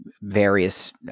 various